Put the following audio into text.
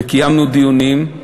וקיימנו דיונים.